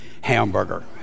hamburger